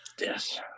Yes